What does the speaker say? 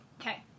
Okay